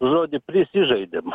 žodį prisižaidėm